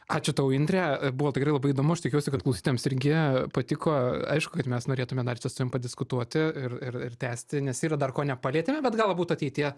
ačiū tau indre buvo tikrai labai įdomu aš tikiuosi kad klausytojams irgi patiko aišku kad mes norėtume dar čia su tavim diskutuoti ir ir ir tęsti nes yra dar ko nepalietėme bet galbūt ateityje